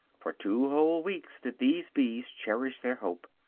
for two whole weeks did these bees cherish their hope.